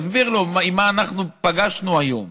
תסביר לו מה אנחנו פגשנו היום.